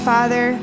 Father